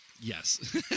Yes